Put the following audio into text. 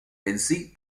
bensì